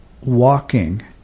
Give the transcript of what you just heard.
Walking